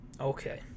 Okay